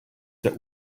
that